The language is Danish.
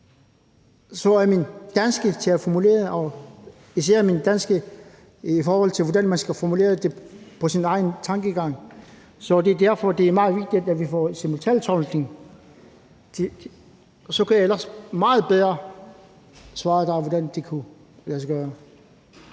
rækker mit danske til at formulere mig og især mit danske, i forhold til hvordan man skal formulere det efter sin egen tankegang, ikke. Det er derfor, at det er meget vigtigt, at vi får simultantolkning, for så ville jeg kunne svare dig meget bedre på, hvordan det ville kunne lade sig gøre.